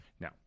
Now